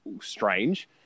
strange